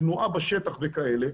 תנועה בשטח וכאלה,